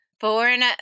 Born